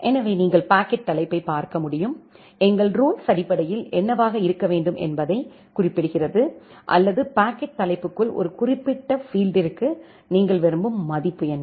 எனவே நீங்கள் பாக்கெட் தலைப்பைப் பார்க்க முடியும் எங்கள் ரூல்ஸு அடிப்படையில் என்னவாக இருக்க வேண்டும் என்பதைக் குறிப்பிடுகிறது அல்லது பாக்கெட் தலைப்புக்குள் ஒரு குறிப்பிட்ட பீல்ட்டிற்கு நீங்கள் விரும்பும் மதிப்பு என்ன